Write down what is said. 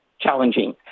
challenging